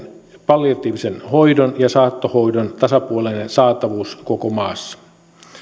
palliatiivisen hoidon ja saattohoidon tasapuolinen saatavuus koko maassa